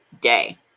day